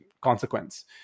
consequence